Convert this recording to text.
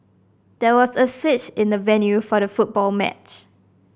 there was a switch in the venue for the football match